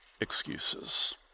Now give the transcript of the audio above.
excuses